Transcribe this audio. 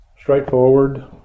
Straightforward